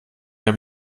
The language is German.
habe